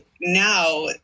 now